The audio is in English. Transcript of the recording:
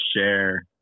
share